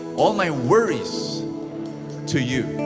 all my worries to you,